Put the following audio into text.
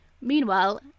Meanwhile